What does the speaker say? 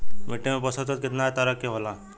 मिट्टी में पोषक तत्व कितना तरह के होला?